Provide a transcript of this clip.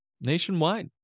nationwide